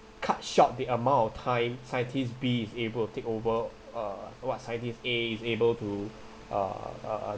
cut short the amount of time scientist b is able to take over uh what scientist a is able to uh uh